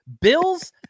Bills